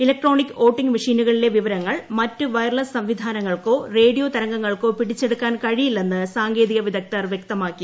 electronic വോട്ടിംഗ്ല്ട് മെഷീനുകളിലെ വിവരങ്ങൾ മറ്റ് വയർലെസ് സംവിധാനങ്ങൾക്കോ രേ്ഡിയോ തരംഗങ്ങൾക്കോ പിടിച്ചെടുക്കാൻ കഴിയില്ലെന്ന് സാങ്കേതിക വിദഗ്ദ്ധർ വൃക്തമാക്കി